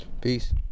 peace